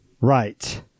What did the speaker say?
Right